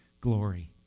glory